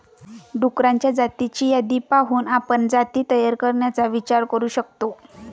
डुक्करांच्या जातींची यादी पाहून आपण जाती तयार करण्याचा विचार करू शकतो